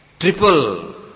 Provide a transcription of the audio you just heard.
triple